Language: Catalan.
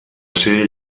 ser